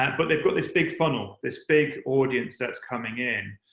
and but they've got this big funnel this big audience that's coming in.